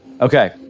Okay